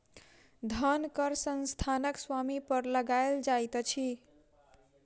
धन कर संस्थानक स्वामी पर लगायल जाइत अछि